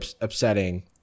upsetting